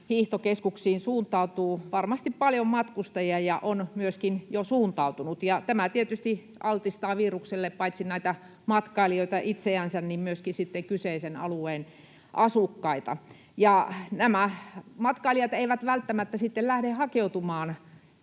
Hiihtokeskuksiin suuntautuu varmasti paljon matkustajia ja on myöskin jo suuntautunut, ja tämä tietysti altistaa virukselle paitsi näitä matkailijoita itseänsä niin myöskin sitten kyseisen alueen asukkaita. Nämä matkailijat eivät välttämättä lähde hakeutumaan